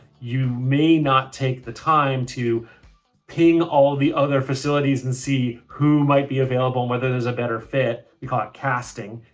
you may not take the time to ping all of the other facilities and see who might be available, and whether there's a better fit. we call it casting.